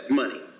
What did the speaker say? money